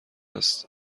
است